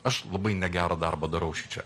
aš labai negerą darbą darau šičia